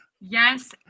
Yes